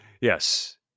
Yes